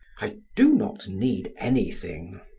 i do not need anything.